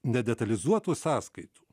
nedetalizuotų sąskaitų